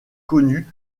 connus